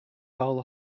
all